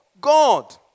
God